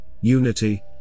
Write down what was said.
unity